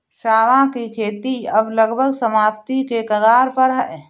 सांवा की खेती अब लगभग समाप्ति के कगार पर है